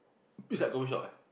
it's like coffee shop leh